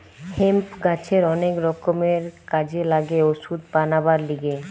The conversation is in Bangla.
হেম্প গাছের অনেক রকমের কাজে লাগে ওষুধ বানাবার লিগে